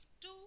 two